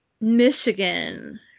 Michigan